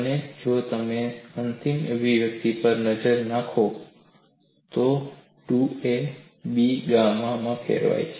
અને જો તમે આ અંતિમ અભિવ્યક્તિ પર નજર નાખો તો તે 4a ને B ગામામાં ફેરવે છે